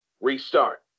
restart